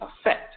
effect